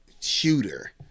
shooter